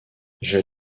j’ai